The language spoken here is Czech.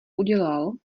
udělal